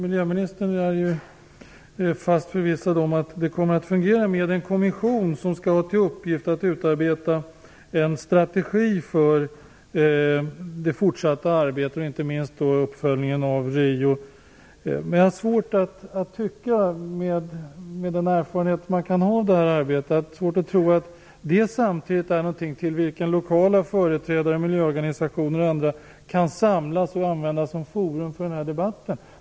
Miljöministern är fast förvissad om att det kommer att fungera med en kommission som skall ha till uppgift att utarbeta en strategi för det fortsatta arbetet, inte minst uppföljningen av Riokonferensen. Men jag har svårt att tro, med den erfarenhet jag har av sådant arbete, att det samtidigt är något som lokala företrädare, miljöorganisationer och andra kan samlas och använda som forum för debatten.